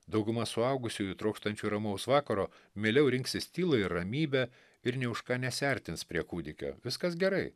dauguma suaugusiųjų trokštančių ramaus vakaro mieliau rinksis tylą ir ramybę ir nė už ką nesiartins prie kūdikio viskas gerai